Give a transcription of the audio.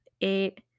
eight